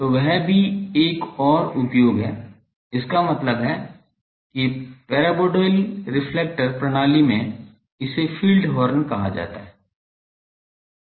तो वह भी एक और उपयोग है इसका मतलब है कि पैराबोलॉइडल रिफ्लेक्टर प्रणाली में इसे फ़ीड हॉर्न कहा जाता है